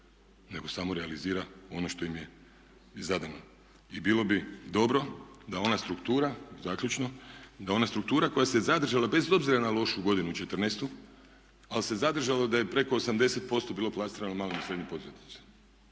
nego samo realizira ono što im je zadano. I bilo bi dobro da ona struktura, zaključno, da ona struktura koja se zadržala bez obzira na lošu godinu četrnaestu ali se zadržalo da je preko 80% bilo plasirano malim i srednjim poduzetnicima.